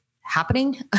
happening